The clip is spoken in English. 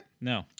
No